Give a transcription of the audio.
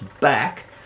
back